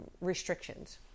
restrictions